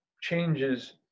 changes